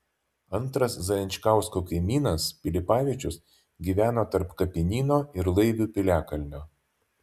antras zajančkausko kaimynas pilipavičius gyveno tarp kapinyno ir laivių piliakalnio